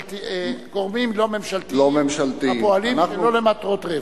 גורמים לא ממשלתיים הפועלים שלא למטרות רווח.